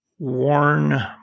worn